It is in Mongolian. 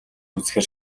үзэхээр